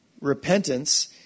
repentance